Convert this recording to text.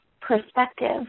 perspective